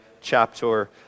chapter